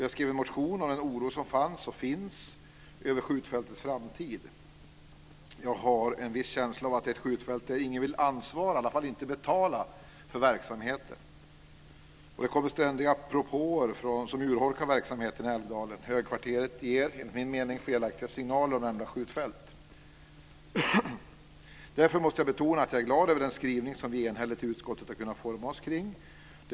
Jag skrev en motion om den oro som fanns och finns över skjutfältets framtid. Jag har en viss känsla av att det är ett skjutfält som ingen vill ansvara för. Åtminstone vill ingen betala för verksamheten. Det kommer ständiga propåer som urholkar verksamheten i Älvdalen. Högkvarteret ger, enligt min mening, felaktiga signaler om nämnda skjutfält. Därför måste jag betona att jag är glad över den skrivning som vi i utskottet enhälligt har kunnat forma oss kring.